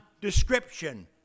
description